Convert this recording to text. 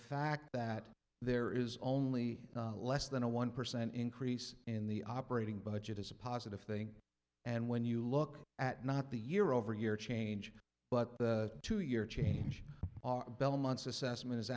fact that there is only less than a one percent increase in the operating budget is a positive thing and when you look at not the year over year change but the two year change belmont's assessment is